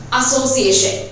association